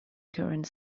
current